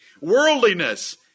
worldliness